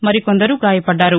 మరికొందరు గాయపడ్డారు